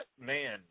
man –